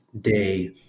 day